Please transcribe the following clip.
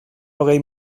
hogei